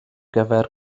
gyfer